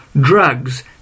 drugs